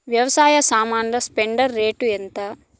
వ్యవసాయ సామాన్లు shredder rate ఎంత?